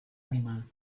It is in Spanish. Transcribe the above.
animal